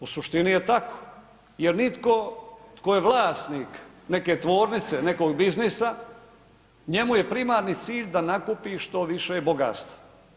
U suštini je tako jer nitko tko je vlasnik neke tvornice, nekog biznisa, njemu je primarni cilj da nakupi što više bogatstva.